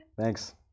Thanks